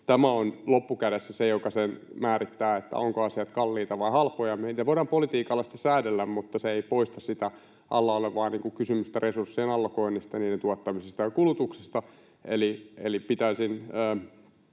tämä on loppukädessä se, joka määrittää sen, ovatko asiat kalliita vai halpoja. Niitä voidaan politiikalla sitten säädellä, mutta se ei poista sitä alla olevaa kysymystä resurssien allokoinnista ja niiden tuottamisesta ja kulutuksesta.